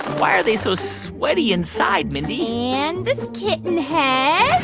why are they so sweaty inside, mindy. and this kitten head.